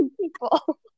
people